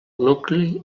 nucli